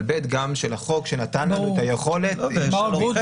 אבל גם של החוק שנתן לנו את היכולת --- מבחינתנו,